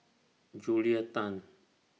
Julia Tan